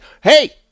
hey